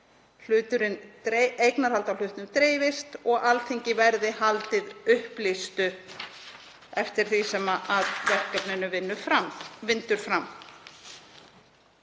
gagnsæi, eignarhald á hlutnum dreifist og Alþingi verði haldið upplýstu eftir því sem verkefninu vindur fram.